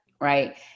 right